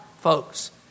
folks